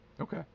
Okay